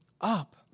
up